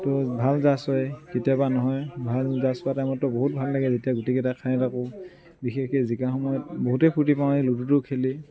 তো ভাল জাজ হয় কেতিয়াবা নহয় ভাল জাজ কৰা টাইমতটো বহুত ভাল লাগে যেতিয়া গুটিকেইটা খাই থাকোঁ বিশেষকৈ জিকা সময়ত বহুতেই ফুৰ্ত্তি পাওঁ এই লুডুটো খেলি